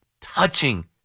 touching